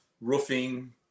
roofing